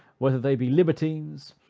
whether they be libertines,